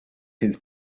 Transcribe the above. his